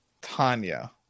Tanya